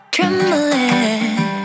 Trembling